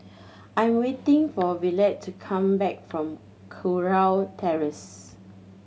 I'm waiting for Yvette to come back from Kurau Terrace